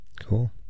Cool